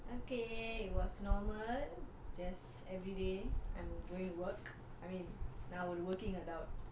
okay it was normal just everyday I'm going to work I mean now we're working adult